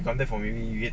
and therefore maybe you